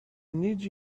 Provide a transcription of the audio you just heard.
need